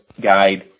guide